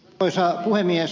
arvoisa puhemies